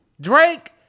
Drake